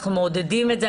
אנחנו מעודדים את זה,